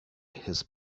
his